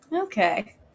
Okay